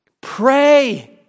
Pray